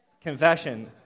Confession